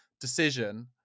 decision